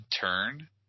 turn